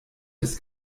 des